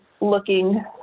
looking